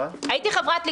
היא הייתה חברת ליכוד,